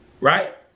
Right